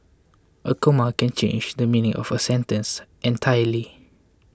a comma can change the meaning of a sentence entirely